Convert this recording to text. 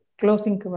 closing